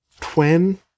twin